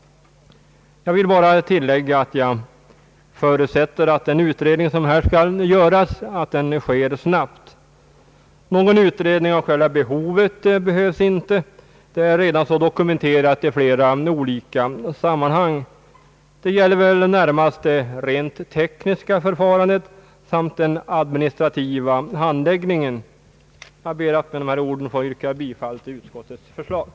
Jag vill bara tillägga att jag förutsätter att den utredning som skall göras sker snabbt. Någon utredning av själva behovet behövs inte, det är redan dokumenterat i olika sammanhang. Det gäller närmast att klara av det rent tekniska förfarandet samt den administrativa handläggningen. Jag ber med dessa ord, herr talman, att få yrka bifall till utskottets hemställan.